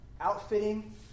outfitting